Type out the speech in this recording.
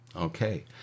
okay